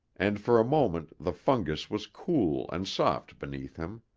and for a moment the fungus was cool and soft beneath him.